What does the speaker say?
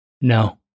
No